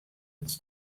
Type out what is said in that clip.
its